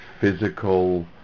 physical